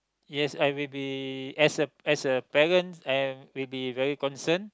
yes I will be as a as a parent I will be very concern